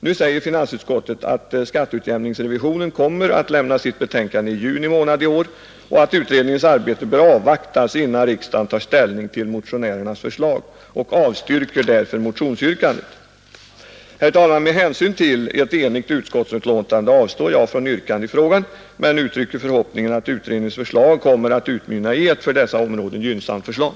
Nu säger finansutskottet, att skatteutjämningsrevisionen kommer att lämna sitt betänkande i juni månad i år och att utredningens arbete bör avvaktas innan riksdagen tar ställning till motionärernas förslag, och avstyrker därför motionsyrkandet. Herr talman! Med hänsyn till att utskottet är enigt avstår jag från yrkande i frågan men uttrycker förhoppningen att utredningens betänkande kommer att utmynna i ett för dessa områden gynnsamt förslag.